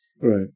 Right